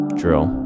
drill